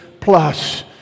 plus